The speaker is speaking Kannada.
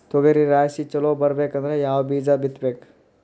ತೊಗರಿ ರಾಶಿ ಚಲೋ ಬರಬೇಕಂದ್ರ ಯಾವ ಬೀಜ ಬಿತ್ತಬೇಕು?